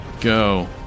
go